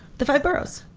the five boroughs.